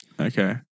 Okay